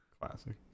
Classic